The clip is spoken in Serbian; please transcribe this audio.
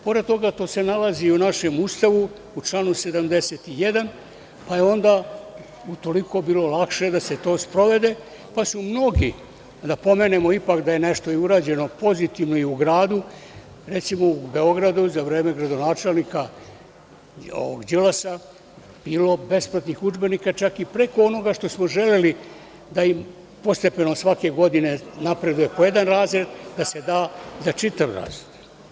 Pored toga, to se nalazi i u našem Ustavu, u članu 71, pa je onda u toliko bilo lakše da se to sprovede, pa su mnogi, da pomenemo ipak da je nešto i pozitivno urađeno u gradu, recimo u Beogradu za vreme gradonačelnika Đilasa bilo je besplatnih udžbenika čak i preko onoga što smo želeli da im postepeno svake godine napreduje po jedan razred, da se da za čitav razred.